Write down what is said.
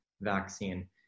vaccine